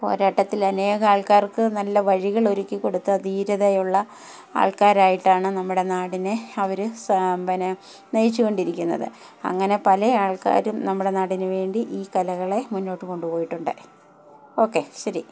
പോരാട്ടത്തിൽ അനേകം ആൾക്കാർക്ക് നല്ല വഴികളൊരുക്കി കൊടുത്ത ധീരതയുള്ള ആൾക്കാരായിട്ടാണ് നമ്മുടെ നാടിനെ അവർ സമ്പന്ന നയിച്ച് കൊണ്ടിരിക്കുന്നത് അങ്ങനെ പല ആൾക്കാരും നമ്മുടെ നാടിന് വേണ്ടി ഈ കലകളെ മുന്നോട്ട് കൊണ്ട് പോയിട്ടുണ്ട് ഓക്കെ ശരി